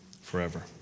forever